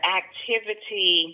activity